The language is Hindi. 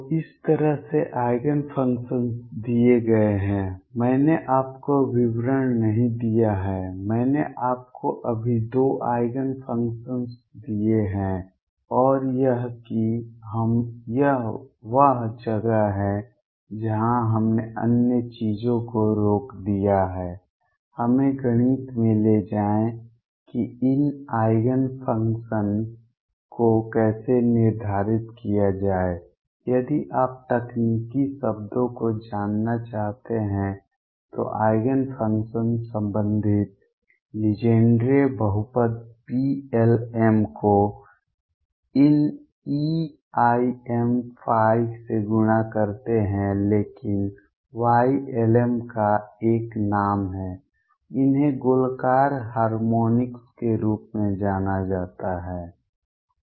तो इस तरह से आइगेन फंक्शन्स दिए गए हैं मैंने आपको विवरण नहीं दिया है मैंने आपको अभी 2 आइगेन फंक्शन्स दिए हैं और यह कि हम यह वह जगह है जहां हमने अन्य चीजों को रोक दिया है हमें गणित में ले जाएं कि इन आइगेन फंक्शन्स को कैसे निर्धारित किया जाए यदि आप तकनीकी शब्दों को जानना चाहते हैं तो आइगेन फंक्शन्स संबंधित लीजेंड्रे बहुपद Plm को इन eimϕ से गुणा करते हैं लेकिन Ylm का एक नाम है इन्हें गोलाकार हार्मोनिक्स के रूप में जाना जाता है